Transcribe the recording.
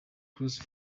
claus